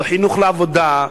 לא חינוך לעבודה.